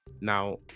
Now